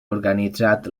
organitzat